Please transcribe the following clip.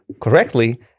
correctly